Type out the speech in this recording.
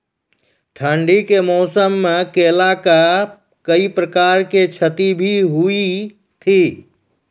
ठंडी के मौसम मे केला का कोई प्रकार के क्षति भी हुई थी?